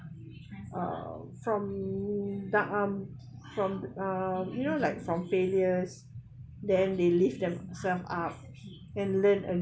uh from dark arm from uh you know like from failures then they lift them up and learn